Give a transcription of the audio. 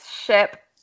ship